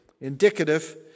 indicative